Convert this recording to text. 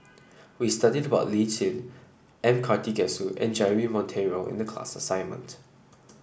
we studied about Lee Tjin M Karthigesu and Jeremy Monteiro in the class assignment